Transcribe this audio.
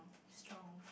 strong